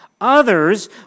Others